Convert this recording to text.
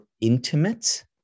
intimate